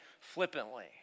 flippantly